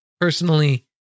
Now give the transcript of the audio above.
personally